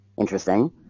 Interesting